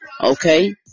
okay